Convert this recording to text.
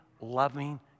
loving